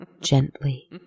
gently